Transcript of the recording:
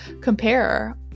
compare